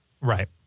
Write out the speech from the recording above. Right